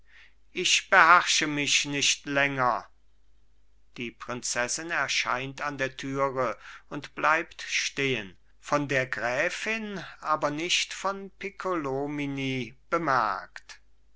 ich beherrsche mich nicht länger die prinzessin erscheint an der türe und bleibt stehen von der gräfin aber nicht von piccolomini bemerkt